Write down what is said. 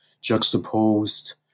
juxtaposed